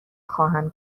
خواهم